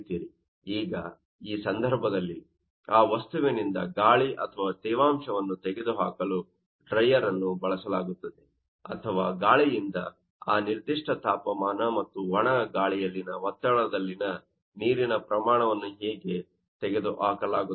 ಈಗ ಈ ಸಂದರ್ಭದಲ್ಲಿ ಆ ವಸ್ತುವಿನಿಂದ ಗಾಳಿ ಅಥವಾ ತೇವಾಂಶವನ್ನು ತೆಗೆದುಹಾಕಲು ಡ್ರೈಯರ್ ಅನ್ನು ಬಳಸಲಾಗುತ್ತದೆ ಅಥವಾ ಗಾಳಿಯಿಂದ ಆ ನಿರ್ದಿಷ್ಟ ತಾಪಮಾನ ಮತ್ತು ಒಣ ಗಾಳಿಯಲ್ಲಿನ ಒತ್ತಡದಲ್ಲಿ ನೀರಿನ ಪ್ರಮಾಣವನ್ನು ಹೇಗೆ ತೆಗೆದುಹಾಕಲಾಗುತ್ತದೆ